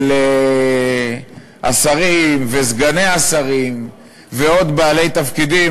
של השרים וסגני השרים ועוד בעלי תפקידים,